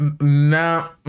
Now